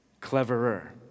cleverer